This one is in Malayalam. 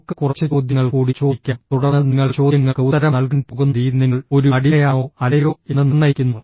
നമുക്ക് കുറച്ച് ചോദ്യങ്ങൾ കൂടി ചോദിക്കാം തുടർന്ന് നിങ്ങൾ ചോദ്യങ്ങൾക്ക് ഉത്തരം നൽകാൻ പോകുന്ന രീതി നിങ്ങൾ ഒരു അടിമയാണോ അല്ലയോ എന്ന് നിർണ്ണയിക്കുന്നു